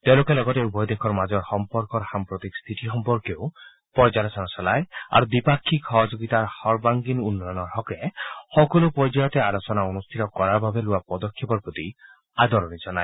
তেওঁলোকে লগতে উভয় দেশৰ মাজৰ সম্পৰ্কৰ সাম্প্ৰতিক স্থিতি সম্পৰ্কেও পৰ্যালোচনা চলায় আৰু দ্বিপাক্ষিক সহযোগিতাৰ সৰ্বাংগীন উন্নয়নৰ হকে সকলো পৰ্যায়তে আলোচনা অনুষ্ঠিত কৰাৰ বাবে লোৱা পদক্ষেপৰ প্ৰতি আদৰণি জনায়